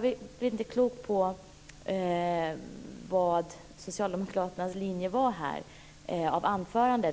blir inte klok på vilken som var socialdemokraternas linje i detta sammanhang.